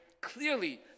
clearly